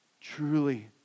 Truly